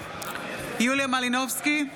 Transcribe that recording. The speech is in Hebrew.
יוליה מלינובסקי,